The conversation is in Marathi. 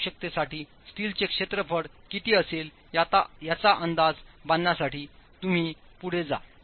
या आवश्यकतेसाठी स्टीलचे क्षेत्रफळ किती असेल याचा अंदाज बांधण्यासाठी तुम्ही पुढे जा